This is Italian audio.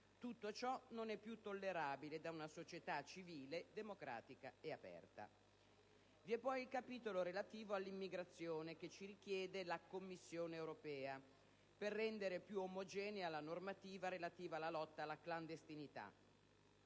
Tutto ciò non è più tollerabile per una società civile, democratica ed aperta. Vi è poi il capitolo relativo all'immigrazione, secondo quanto richiesto dalla Commissione europea per rendere più omogenea la normativa relativa alla lotta alla clandestinità.